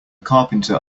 carpenter